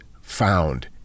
found